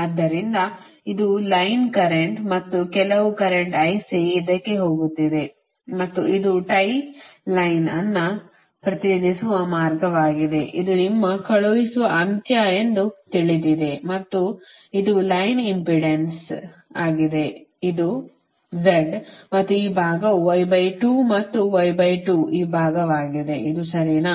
ಆದ್ದರಿಂದ ಇದು line current ಮತ್ತು ಕೆಲವು ಕರೆಂಟ್ IC ಇದಕ್ಕೆ ಹೋಗುತ್ತಿದೆ ಮತ್ತು ಇದು ಟೈ ಲೈನ್ ಅನ್ನು ಪ್ರತಿನಿಧಿಸುವ ಮಾರ್ಗವಾಗಿದೆ ಇದು ನಿಮ್ಮ ಕಳುಹಿಸುವ ಅಂತ್ಯ ಎಂದು ತಿಳಿದಿದೆ ಮತ್ತು ಇದು ಲೈನ್ ಇಂಪೆಡೆನ್ಸ್ ಆಗಿದೆ ಅದು z ಮತ್ತು ಈ ಭಾಗವು ಮತ್ತು ಈ ಭಾಗವಾಗಿದೆ ಇದು ಸರಿನಾ